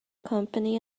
company